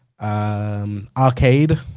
arcade